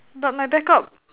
but my backup